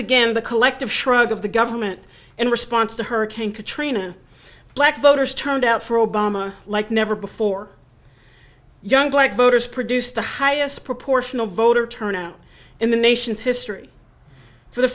again the collective shrug of the government in response to hurricane katrina black voters turned out for obama like never before young black voters produced the highest proportional voter turnout in the nation's history for the